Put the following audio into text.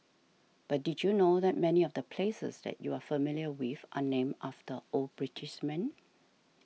but did you know that many of the places that you're familiar with are named after old British men